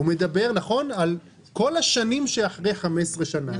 הוא מדבר על כל השנים שאחרי 15 שנים.